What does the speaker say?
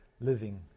living